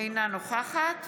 אינו נוכחת